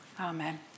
amen